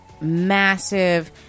massive